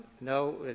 no